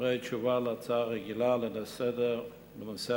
דברי תשובה על הצעה רגילה לסדר-היום בנושא